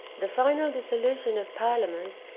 the final dissolution of parliament,